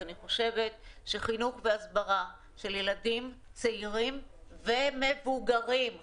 כי אני חושבת שחינוך והסברה של ילדים צעירים ומבוגרים הוא חשוב.